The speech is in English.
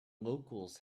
locals